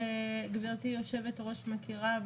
שגברתי יושבת-הראש מכירה,